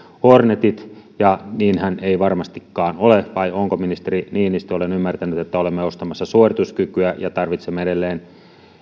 hornetit niinhän ei varmastikaan ole vai onko ministeri niinistö olen ymmärtänyt että olemme ostamassa suorituskykyä ja tarvitsemme edelleen